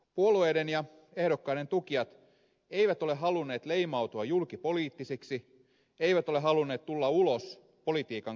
puolueiden ja ehdokkaiden tukijat eivät ole halunneet leimautua julkipoliittisiksi eivät ole halunneet tulla ulos politiikan kaapista